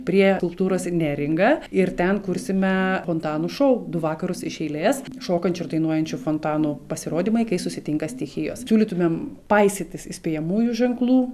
prie kultūros neringa ir ten kursime fontanų šou du vakarus iš eilės šokančių ir dainuojančių fontanų pasirodymai kai susitinka stichijos siūlytumėm paisyti įspėjamųjų ženklų